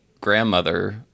grandmother